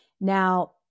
Now